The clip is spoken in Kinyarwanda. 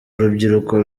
urubyiruko